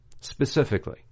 specifically